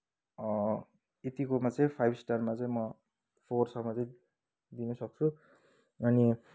यतिकोमा चाहिँ फाइभ स्टारमा चाहिँ म फोरसम्म चाहिँ दिनसक्छु अनि